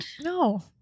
No